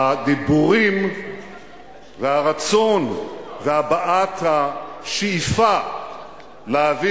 הדיבורים והרצון והבעת השאיפה להביא